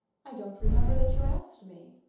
i don't remember that you asked me.